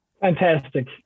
fantastic